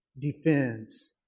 defends